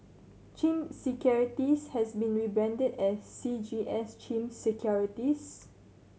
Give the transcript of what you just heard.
CIMB Securities has been rebranded as C G S CIMB Securities